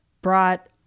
brought